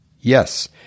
Yes